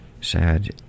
sad